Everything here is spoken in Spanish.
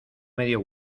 medio